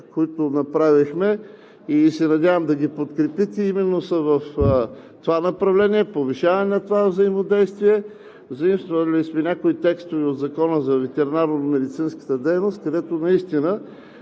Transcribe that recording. които направихме и се надявам да ги подкрепите, са именно в това направление, повишаване на това взаимодействие, заимствали сме някои текстове от Закона за ветеринарномедицинската дейност, където наистина